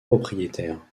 propriétaire